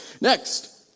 Next